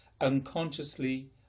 unconsciously